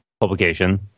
publication